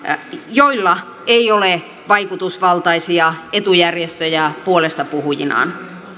joilla ei ole vaikutusvaltaisia etujärjestöjä puolestapuhujinaan